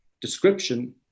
description